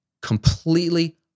completely